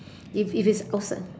if if it's outside